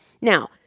Now